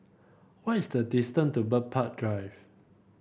what is the distance to Bird Park Drive